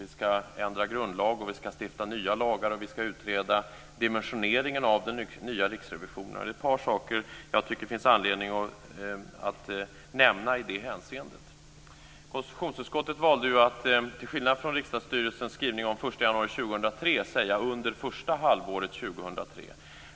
Vi ska ändra grundlag, stifta nya lagar och utreda dimensioneringen av den nya Riksrevisionen. Det är ett par saker som jag tycker att det finns anledning att nämna i det hänseendet. Konstitutionsutskottet valde ju att, till skillnad från riksdagsstyrelsens skrivning om den 1 januari 2003, säga "under det första halvåret 2003".